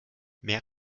mehr